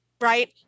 right